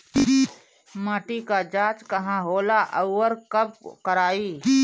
माटी क जांच कहाँ होला अउर कब कराई?